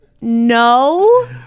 no